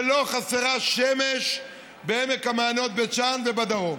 ולא חסרה שמש בעמק המעיינות, בית שאן ובדרום.